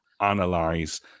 analyze